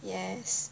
yes